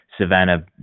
Savannah